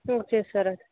okay sir